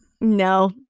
No